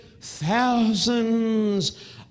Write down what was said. thousands